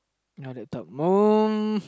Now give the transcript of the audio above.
uh laptop moon